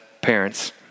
parents